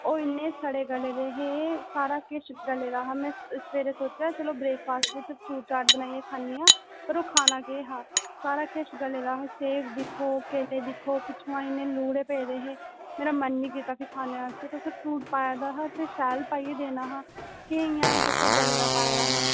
ओह् इन्ने सड़े गले दे हे सारा किश सड़े दा हा में सवेरे सोचेआ चलो ब्रेकफास्ट च फ्रूट चाट बनाइयै खन्ने आं पर ओह् खाना केह् हा सारा किश गले दा हा सेब दिक्खो केले दिक्खो पिच्छुआं इन्ने लूह्ड़े पेदे हे मेरा मन निं कीता भी खाने आस्तै तुस ते फ्रूट पाये दा हा ते शैल पाइयै देना हा केह् तुसें इ'यां गले दा पाए दा हा